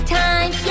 time